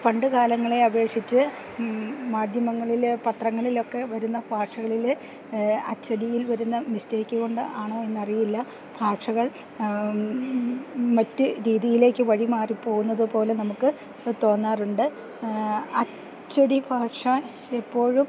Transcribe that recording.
പണ്ടു കാലങ്ങളെ അപേക്ഷിച്ച് മാധ്യമങ്ങളില് പത്രങ്ങളിലൊക്കെ വരുന്ന ഭാഷകളിൽ അച്ചടിയിൽ വരുന്ന മിസ്റ്റേക്ക് കൊണ്ട് ആണോ എന്നറിയില്ല ഭാഷകൾ മറ്റ് രീതിയിലേക്ക് വഴി മാറി പോകുന്നത് പോലെ നമുക്ക് തോന്നാറുണ്ട് അച്ചടി ഭാഷ എപ്പോഴും